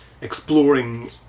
exploring